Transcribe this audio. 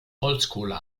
holzkohle